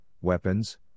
weapons